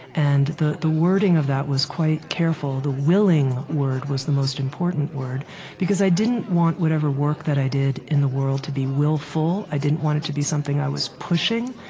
and the the wording of that was quite careful. the willing word was the most important word because i didn't want whatever work that i did in the world to be willful. i didn't want it to be something i was pushing.